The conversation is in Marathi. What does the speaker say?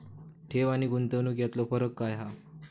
ठेव आनी गुंतवणूक यातलो फरक काय हा?